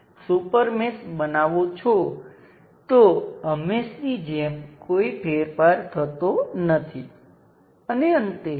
તેથી હું શું કરીશ તે જ સર્કિટ લો અન્ય તમામ ઘટકોને એમ જ રાખો